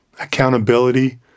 accountability